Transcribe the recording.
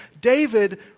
David